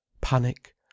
Panic